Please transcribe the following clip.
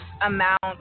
amount